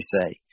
say